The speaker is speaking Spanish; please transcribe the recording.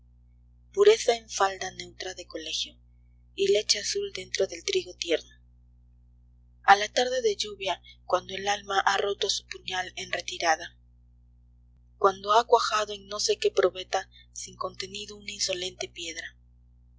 en falda neutra de colegio y leche azul dentro del trigo tierno a la tarde de lluvia cuando el alma ha roto su puñal en retirada cuando ha cuajado en no sé qué probeta sin contenido una insolente piedra